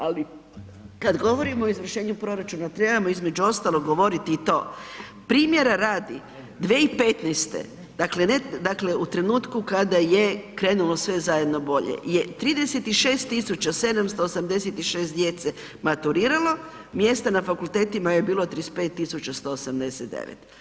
Ali kada govorimo o izvršenju proračuna trebamo između ostalog govoriti i to, primjera radi 2015. u trenutku kada je krenulo sve zajedno bolje je 36.786 djece maturiralo, mjesta na fakultetima je bilo 35.189.